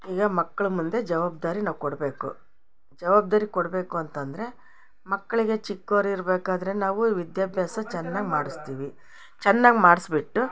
ಈಗ ಮಕ್ಕಳು ಮುಂದೆ ಜವಾಬ್ದಾರಿ ನಾವು ಕೊಡಬೇಕು ಜವಾಬ್ದಾರಿ ಕೊಡಬೇಕು ಅಂತಂದರೆ ಮಕ್ಕಳಿಗೆ ಚಿಕ್ಕೋರಿರ್ಬೇಕಾದರೆ ನಾವು ವಿದ್ಯಾಭ್ಯಾಸ ಚೆನ್ನಾಗಿ ಮಾಡಸ್ತೀವಿ ಚೆನ್ನಾಗಿ ಮಾಡ್ಸ್ಬಿಟ್ಟು